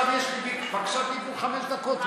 עכשיו יש לי בקשת דיבור חמש דקות.